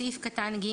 סעיף (ג)